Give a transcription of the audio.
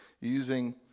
using